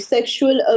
Sexual